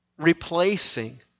Replacing